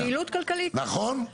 נכון?